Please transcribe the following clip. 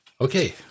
Okay